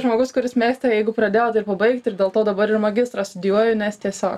žmogus kuris mėgsta jeigu pradėjo tai ir pabaigt ir dėl to dabar ir magistrą studijuoju nes tiesiog